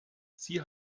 sie